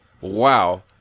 Wow